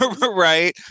right